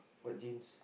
what jeans